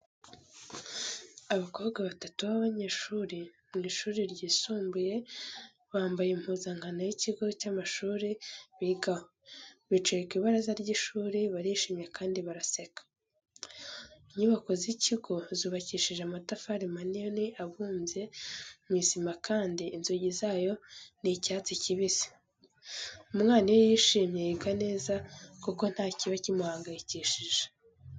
Abakobwa batatu b'abanyeshuri mu ishuri ryisumbuye, bambaye impuzankano y'ikigo cy'amashuri bigaho, bicaye ku ibaraza ry'ishuri, barishimye kandi baraseka. Inyubako z'ikigo zubakishije amatafari manini abumbye mu isima kandi inzugi zayo ni icyatsi kibisi. Umwana iyo yishimye yiga neza kuko nta kiba kimuhangayikishije.